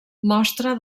mostra